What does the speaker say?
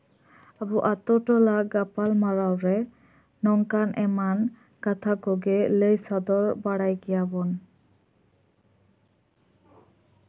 ᱟᱵᱚ ᱟᱹᱛᱩᱴᱚᱞᱟ ᱜᱟᱯᱟᱞᱢᱟᱨᱟᱣ ᱨᱮ ᱱᱚᱝᱠᱟᱱ ᱮᱢᱟᱱ ᱠᱟᱛᱷᱟ ᱠᱚᱜᱮ ᱞᱟᱹᱭ ᱥᱚᱫᱚᱨ ᱵᱟᱲᱟᱭ ᱜᱮᱭᱟᱵᱚᱱ